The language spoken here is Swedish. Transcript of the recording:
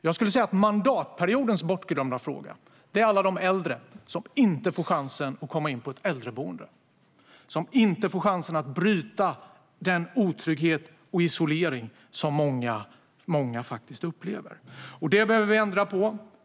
Jag skulle säga att mandatperiodens bortglömda fråga är alla de äldre som inte får chansen att komma in på ett äldreboende, som inte får chansen att bryta den otrygghet och isolering som många faktiskt upplever. Detta behöver vi ändra på.